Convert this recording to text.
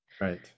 Right